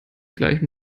gleichem